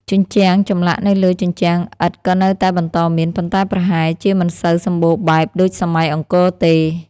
ជញ្ជាំង ចម្លាក់នៅលើជញ្ជាំងឥដ្ឋក៏នៅតែបន្តមាន ប៉ុន្តែប្រហែលជាមិនសូវសម្បូរបែបដូចសម័យអង្គរទេ។